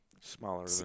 smaller